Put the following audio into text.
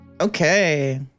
Okay